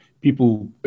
People